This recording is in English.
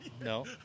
no